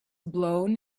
blown